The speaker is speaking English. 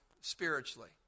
spiritually